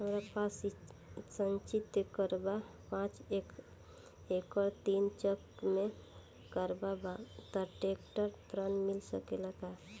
हमरा पास सिंचित रकबा पांच एकड़ तीन चक में रकबा बा त ट्रेक्टर ऋण मिल सकेला का?